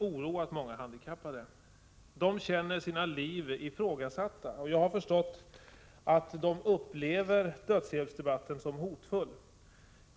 Ordföranden i DHR säger att många handikappade nu upplever dödshjälpsdebatten som hotfull.